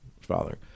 Father